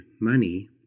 money